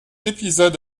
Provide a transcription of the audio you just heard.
épisode